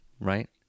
Right